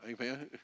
Amen